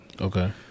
Okay